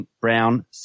Brown